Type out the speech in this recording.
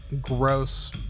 gross